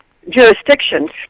jurisdictions